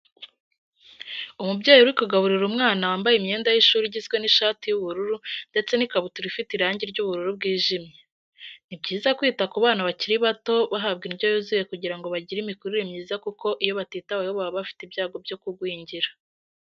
Umubyeyi uri kugaburira umwana wambaye imyenda y'ishuri igizwe n'ishati y'ubururu ndetse n'ikabutura ifite irange ry'ubururu bwijimye. Ni byiza kwita ku bana bakiri bato bahabwa indyo yuzuye kugira ngo bagire imikurire myiza kuko iyo batitaweho baba bafite ibyago byo kugwingira.